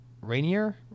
rainier